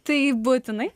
tai būtinai